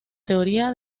teoría